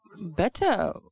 better